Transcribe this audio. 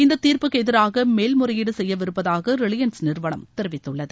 இந்த தீர்ப்புக்கு எதிராக மேல்முறையீடு செய்யவிருப்பதாக ரிலையன்ஸ் நிறுவனம் தெரிவித்துள்ளது